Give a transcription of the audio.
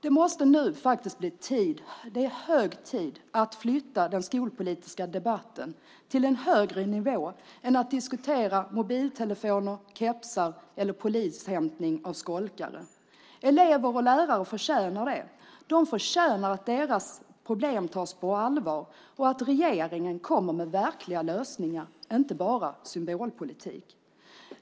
Det är nu hög tid att flytta den skolpolitiska debatten till en högre nivå än att diskutera mobiltelefoner, kepsar eller polishämtning av skolkare. Elever och lärare förtjänar det. De förtjänar att deras problem tas på allvar och att regeringen kommer med verkliga lösningar, inte bara symbolpolitik.